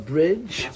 Bridge